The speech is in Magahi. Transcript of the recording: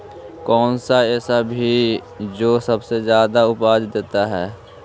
कौन सा ऐसा भी जो सबसे ज्यादा उपज देता है?